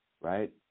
right